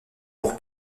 pour